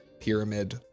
pyramid